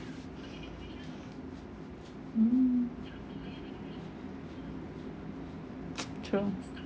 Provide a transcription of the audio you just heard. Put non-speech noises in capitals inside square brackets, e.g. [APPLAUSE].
mm [NOISE] true